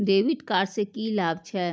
डेविट कार्ड से की लाभ छै?